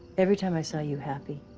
every time i saw you happy,